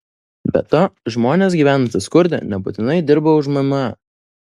be to žmonės gyvenantys skurde nebūtinai dirba už mma